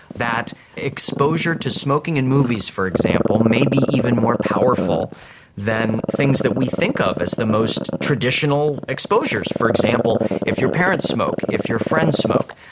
that exposure to smoking in movies, for example, may be even more powerful than things that we think of as the most traditional exposures. for example, if your parents smoke, if your friends smoke.